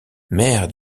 mère